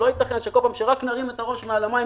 לא יתכן שכל פעם רק נרים את הראש מעל המים,